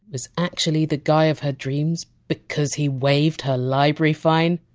is actually the guy of her dreams. because he waived her library fine?